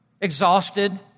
exhausted